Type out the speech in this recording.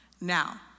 Now